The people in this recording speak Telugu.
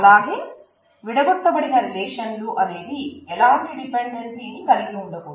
అలాగే విడగొట్ట బడీన రిలేషన్లు అనేవి ఎలాంటి డిపెండెన్సీ ని కలిగి ఉండకూడదు